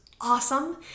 awesome